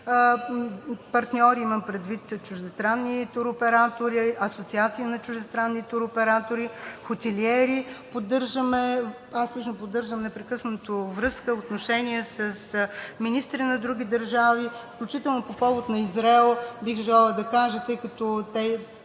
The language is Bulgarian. партньори. Имам предвид чуждестранни туроператори, асоциации на чуждестранни туроператори, хотелиери. Аз лично поддържам непрекъснато връзка, отношение с министри на други държави. По повод на Израел бих желала да кажа, тъй като те